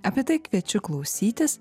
apie tai kviečiu klausytis